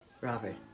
Robert